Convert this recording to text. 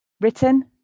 Written